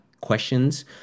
questions